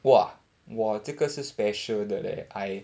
!wah! 我这个是 special 的 leh